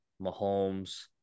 Mahomes